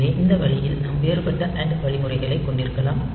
எனவே இந்த வழியில் நாம் வேறுபட்ட அண்ட் வழிமுறைகளைக் கொண்டிருக்கலாம்